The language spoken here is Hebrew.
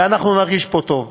ואנחנו נרגיש פה טוב.